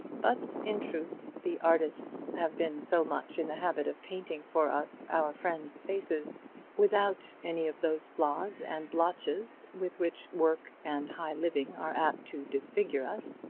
but, in truth, the artists have been so much in the habit of painting for us our friends' faces without any of those flaws and blotches with which work and high living are apt to disfigure us,